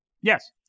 Yes